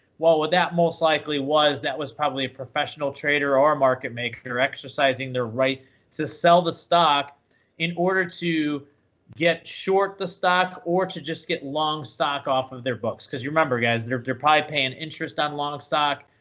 well, what that most likely was, that was probably a professional trader or a market maker exercising their right to sell the stock in order to get short the stock or to just get long stock off of their books. because you remember, guys, you're probably paying interest on long stock.